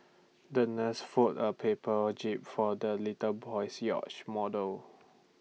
the nurse fold A paper jib for the little boy's yacht model